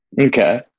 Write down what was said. okay